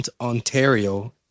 Ontario